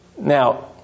Now